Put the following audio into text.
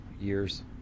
years